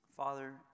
Father